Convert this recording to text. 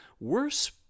worse